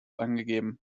angegeben